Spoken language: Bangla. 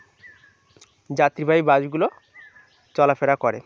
যাত্রীবাহী বাসগুলো চলাফেরা করে